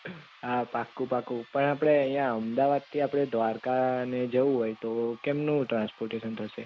હા પાક્કું પાક્કું પણ આપણે અહીંયા અમદાવાદથી આપણે દ્વારકા ને જવું હોય તો કેમનું ટ્રાન્સપોટેશન થશે